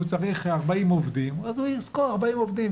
והוא צריך 40 עובדים אז הוא ישכור 40 עובדים.